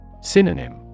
Synonym